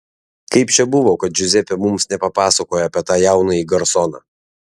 kaip čia buvo kad džiuzepė mums nepapasakojo apie tą jaunąjį garsoną